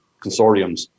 consortiums